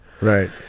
Right